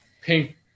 pink –